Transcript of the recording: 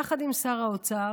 יחד עם שר האוצר,